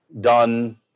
done